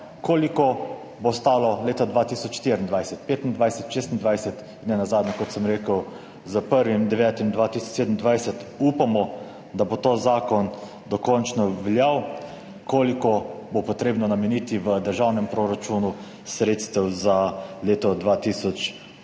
koliko bo stalo leta 2024, 2025, 2026. In nenazadnje, kot sem rekel, s 1. 9. 2027 upamo, da bo ta zakon dokončno veljal. Koliko bo potrebno nameniti v državnem proračunu sredstev za leto 2028,